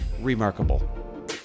remarkable